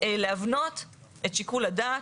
להבנות את שיקול הדעת,